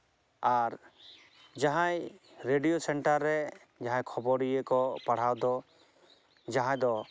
ᱟᱨ ᱡᱟᱦᱟᱸᱭ radio station ᱨᱮ ᱡᱟᱦᱟᱸ ᱠᱷᱚᱵᱚᱨᱤᱭᱟᱹ ᱠᱚ ᱯᱟᱲᱦᱟᱣ ᱫᱚ ᱡᱟᱦᱟᱸ ᱫᱚ